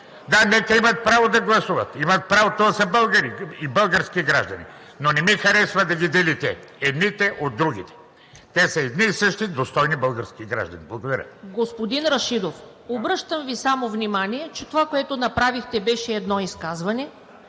Да, нека имат право да гласуват. Имат правото – те са българи и български граждани, но не ми харесва да ги делите – едните от другите. Те са едни и същи достойни български граждани. Благодаря. ПРЕДСЕДАТЕЛ ТАТЯНА ДОНЧЕВА: Господин Рашидов, обръщам Ви само внимание, че това, което направихте, беше едно изказване